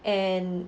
and